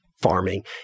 farming